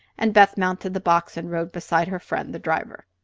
and beth mounted the box and rode beside her friend the driver.